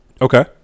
okay